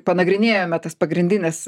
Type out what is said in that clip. panagrinėjome tas pagrindines